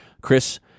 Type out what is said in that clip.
Chris